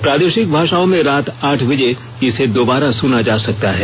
प्रादेशिक भाषाओं में रात आठ बजे इसे दोबारा सुना जा सकता है